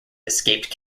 escaped